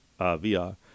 vr